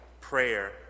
prayer